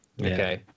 Okay